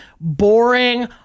boring